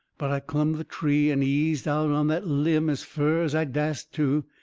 but i clumb the tree and eased out on that limb as fur as i dast to.